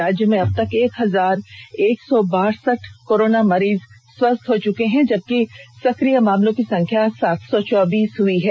राज्य में अबतक एक हजार एक सौ बासठ कोरोना मरीज स्वस्थ हो चुके हैं जबकि सक्रिय मामलों की संख्या सात सौ चौबीस हो गई है